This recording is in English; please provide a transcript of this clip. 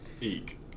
eek